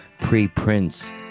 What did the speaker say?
pre-Prince